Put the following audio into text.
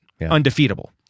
Undefeatable